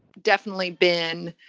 definitely been.